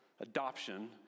Adoption